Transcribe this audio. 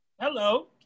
Hello